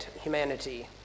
humanity